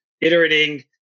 iterating